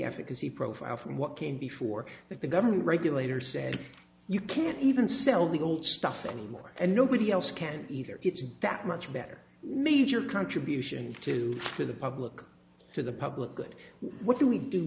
efficacy profile from what came before that the government regulator said you can't even sell the old stuff anymore and nobody else can either it's that much better major contribution to the public to the public good what do we do